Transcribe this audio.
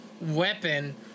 weapon